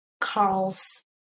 Carl's